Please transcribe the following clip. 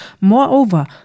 Moreover